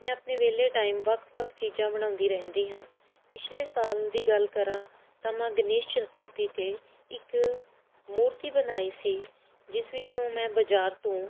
ਮੈਂ ਆਪਣੇ ਵਿਹਲੇ ਟਾਇਮ ਵੱਖ ਵੱਖ ਚੀਜ਼ਾਂ ਬਣਾਉਂਦੀ ਰਹਿੰਦੀ ਹਾਂ ਪਿਛਲੇ ਸਾਲ ਦੀ ਗੱਲ ਕਰਾਂ ਤਾਂ ਮੇ ਗਣੇਸ਼ਚਤੁਰਥੀ 'ਤੇ ਇੱਕ ਮੂਰਤੀ ਬਣਾਈ ਸੀ ਜਿਸ ਵਿੱਚੋਂ ਮੈਂ ਬਜ਼ਾਰ ਤੋਂ